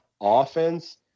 offense –